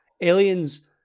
aliens